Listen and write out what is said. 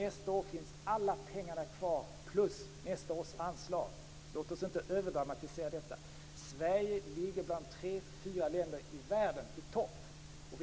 Nästa år finns alla pengarna kvar, plus nästa års anslag. Låt oss inte överdramatisera detta. Sverige är ett av de tre fyra länder som ligger i topp i världen.